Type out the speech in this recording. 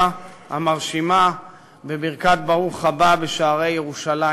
המרשימה בברכת ברוך הבא בשערי ירושלים,